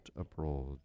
abroad